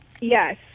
yes